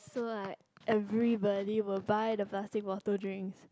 so like everybody will buy the plastic bottle drinks